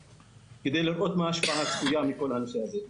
כדי לראות מה היא ההשפעה הצפויה מכל הנושא הזה.